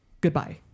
Goodbye